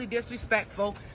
disrespectful